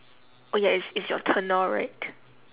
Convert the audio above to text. oh ya it's it's your turn now right